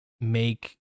make